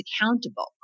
accountable